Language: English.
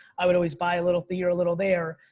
i would always buy a little here, a little there.